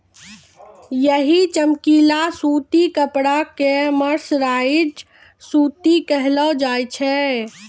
यही चमकीला सूती कपड़ा कॅ मर्सराइज्ड सूती कहलो जाय छै